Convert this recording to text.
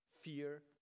fear